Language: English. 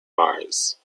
mars